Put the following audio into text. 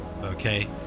Okay